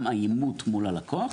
גם האימות מול הלקוח.